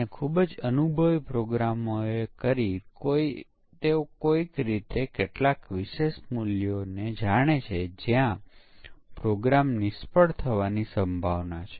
જ્યારે વેલિડેશન એ માત્ર ડાઇનેમિક પ્રવૃત્તિ છે તે સ્ટેટિક પ્રવૃત્તિ નથી આપણે દસ્તાવેજોનું વિશ્લેષણ કરીને તેને ખરેખર જોવાની જરૂર નથી અને ફક્ત સોફ્ટવેર ચલાવવાની જરૂર છે અને તેને આવશ્યકતાઓની સાથે સરખાવવાની જરૂર છે